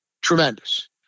tremendous